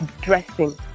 dressing